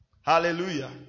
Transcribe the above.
Hallelujah